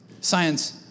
Science